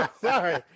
Sorry